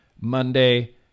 Monday